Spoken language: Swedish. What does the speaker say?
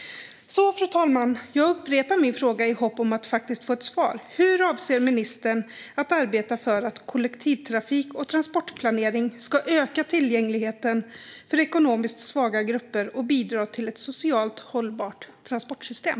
Så, fru talman, jag upprepar min fråga i hopp om att faktiskt få ett svar: Hur avser ministern att arbeta för att kollektivtrafik och transportplanering ska öka tillgängligheten för ekonomiskt svaga grupper och bidra till ett socialt hållbart transportsystem?